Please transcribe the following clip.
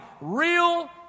Real